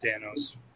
Dano's